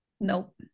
Nope